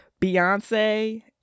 beyonce